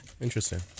Interesting